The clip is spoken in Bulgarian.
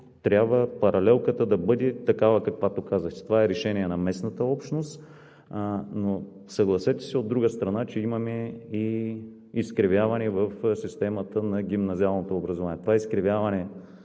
трябва да бъде такава, каквато казахте. Това е решение на местната общност. Но, съгласете се, от друга страна, че имаме и изкривяване в системата на гимназиалното образование. Това изкривяване